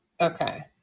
Okay